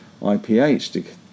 IPH